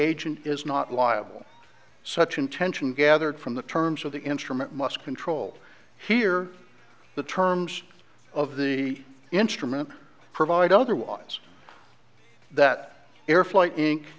agent is not liable to such intention gathered from the terms of the instrument must control here the terms of the instrument provide otherwise that airflight in